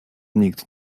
nikt